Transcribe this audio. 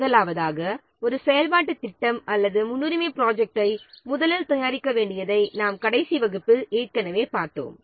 முதலாவதாக ஒரு செயல்பாட்டுத் திட்டம் அல்லது முன்னுரிமை ப்ராஜெக்ட்டை முதலில் தயாரிக்க வேண்டியதை நாம் கடைசி வகுப்பில் ஏற்கனவே பார்த்தோம்